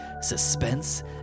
suspense